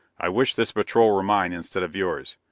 i wish this patrol were mine instead of yours.